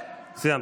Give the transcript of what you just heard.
סיימת.